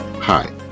Hi